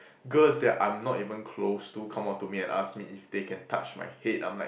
girls that I'm not even close to come up to me and ask me if they can touch my head I'm like